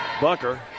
Bunker